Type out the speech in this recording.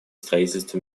строительства